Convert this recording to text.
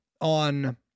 on